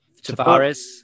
Tavares